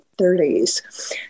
30s